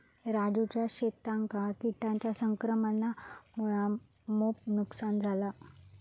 राजूच्या शेतांका किटांच्या संक्रमणामुळा मोप नुकसान झाला